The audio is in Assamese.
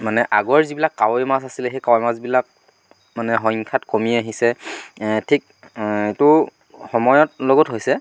মানে আগৰ যিবিলাক কাৱৈ মাছ আছিলে সেই কাৱৈ মাছবিলাক মানে সংখ্যাত কমি আহিছে ঠিক এইটো সময়ত লগত হৈছে